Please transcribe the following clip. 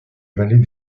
vallées